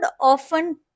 often